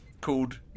called